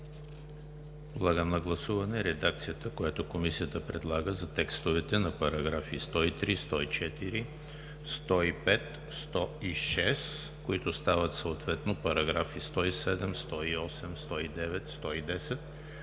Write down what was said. Подлагам на гласуване редакцията, която Комисията предлага за текстовете на параграфи 116, 118 и 119, които стават съответно параграфи 120, 122, 123,